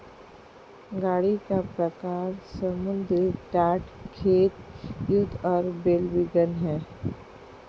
गाड़ी का प्रकार समुद्र तट, खेत, युद्ध और बैल वैगन है